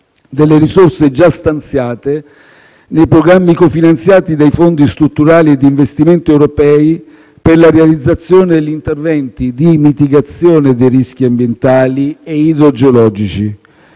delle risorse già stanziate nei programmi cofinanziati dai fondi strutturali e di investimento europei per la realizzazione degli interventi di mitigazione dei rischi ambientali e idrogeologici.